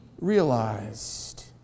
realized